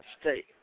State